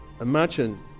imagine